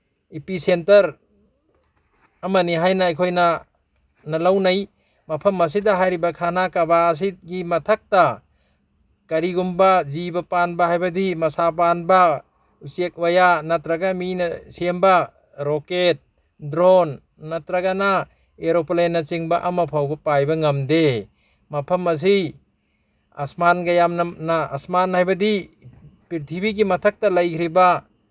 epicentre ꯑꯃꯅꯤ ꯍꯥꯏꯅ ꯑꯩꯈꯣꯏꯅ ꯂꯧꯅꯩ ꯃꯐꯝ ꯑꯁꯤꯗ ꯍꯥꯏꯔꯤꯕ ꯈꯥꯅꯥ ꯀꯕꯥ ꯑꯁꯤꯒꯤ ꯃꯊꯛꯇ ꯀꯔꯤꯒꯨꯝꯕ ꯖꯤꯕ ꯄꯥꯟꯕ ꯍꯥꯏꯕꯁꯤ ꯃꯁꯥ ꯄꯥꯟꯕ ꯎꯆꯦꯛ ꯋꯌꯥ ꯅꯠꯇ꯭ꯔꯒ ꯃꯤꯅ ꯁꯦꯝꯕ ꯔꯣꯀꯦꯠ ꯗ꯭ꯔꯣꯟ ꯅꯠꯇ꯭ꯔꯒꯅ ꯑꯦꯔꯣꯄ꯭ꯂꯦꯟꯅꯆꯤꯡꯕ ꯑꯃꯐꯥꯎꯕ ꯄꯥꯏꯕ ꯉꯝꯗꯦ ꯃꯐꯝ ꯑꯁꯤ ꯑꯁꯃꯥꯟꯒ ꯌꯥꯝ ꯅꯛꯅ ꯑꯁꯃꯥꯟ ꯍꯥꯏꯕꯗꯤ ꯄ꯭ꯔꯤꯊꯤꯕꯤꯒꯤ ꯃꯊꯛꯇ ꯂꯩꯈ꯭ꯔꯤꯕ